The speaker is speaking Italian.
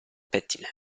pettine